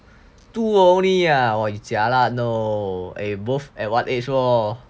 two only ah you jialat know both at what age